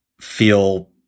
feel –